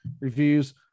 reviews